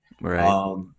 Right